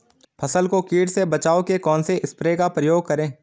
फसल को कीट से बचाव के कौनसे स्प्रे का प्रयोग करें?